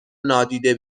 نادیده